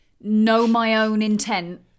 know-my-own-intent